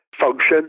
function